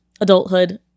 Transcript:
adulthood